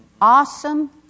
Awesome